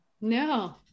No